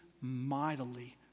mightily